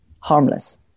Harmless